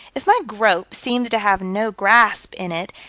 if my grope seem to have no grasp in it,